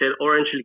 orange